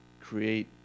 create